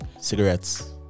Cigarettes